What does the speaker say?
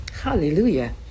Hallelujah